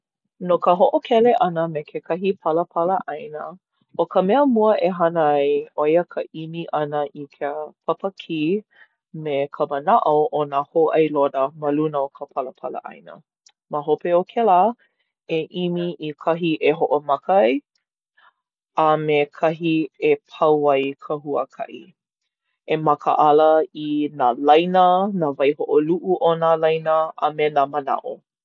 No ka hoʻokele ʻana me kekahi palapala ʻāina ʻo ka mea mua e hana ai ʻo ia i ka ʻimi ʻana i ka papa kī me ka manaʻo o nā hōʻailona ma luna o ka palapala ʻāina. Ma hope o kēlā e ʻimi i kahi e hoʻomaka ai a me kahi e pau ai ka huakaʻi. E makaʻala i nā laina, nā waihoʻoluʻu o nā laina, a me nā manaʻo.